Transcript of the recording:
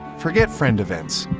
forget friend events.